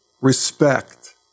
respect